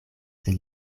sed